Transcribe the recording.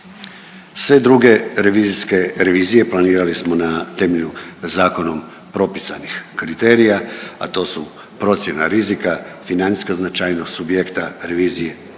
Sve druge revizijske, revizije planirali smo na temelju zakonom propisanih kriterija, a to su procjena rizika, financijska značajnost subjekta revizija,